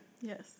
Yes